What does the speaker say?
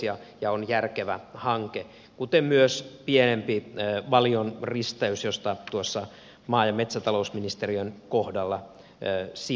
se on järkevä hanke kuten myös pienempi valion risteys jota tuossa maa ja metsätalousministeriön kohdalla sivusin